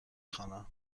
خوانم